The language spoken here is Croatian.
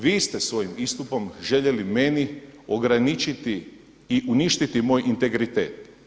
Vi ste svojim istupom željeli meni ograničiti i uništiti moj integritet.